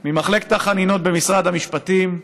ממחלקת החנינות במשרד המשפטים,